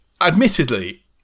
Admittedly